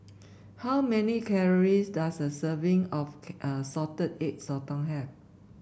how many calories does a serving of Salted Egg Sotong have